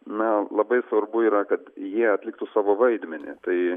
na labai svarbu yra kad jie atliktų savo vaidmenį tai